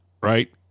right